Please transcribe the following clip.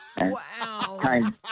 Wow